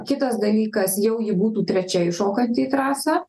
kitas dalykas jau ji būtų trečia įšokanti į trasą